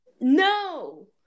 No